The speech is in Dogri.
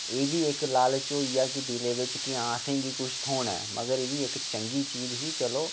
ऐबी इक लालच होई गेआं कि दिले बिच्च कि आसें गी बी कुछ थ्होना ऐ मगर इब्भी इक चगीं चीज़ ही चलो